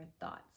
thoughts